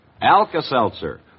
Alka-Seltzer